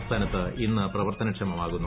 സംസ്ഥാനത്ത് ഇന്ന് പ്രവർത്തനക്ഷമമാകുന്നു